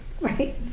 Right